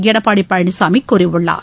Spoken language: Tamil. எடப்பாடி பழனிசாமி கூறியுள்ளார்